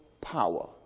power